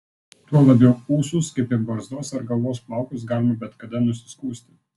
tuo labiau ūsus kaip ir barzdos ar galvos plaukus galima bet kada nusiskusti